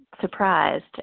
surprised